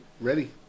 Ready